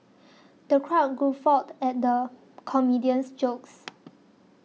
the crowd guffawed at the comedian's jokes